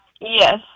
Yes